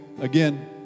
again